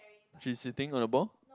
she's sitting on a ball